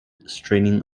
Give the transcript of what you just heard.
straining